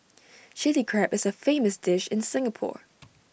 Chilli Crab is A famous dish in Singapore